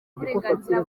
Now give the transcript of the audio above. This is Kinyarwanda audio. uburenganzira